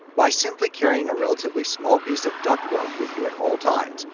by simply carrying a relatively small piece of ductwork with you at all times,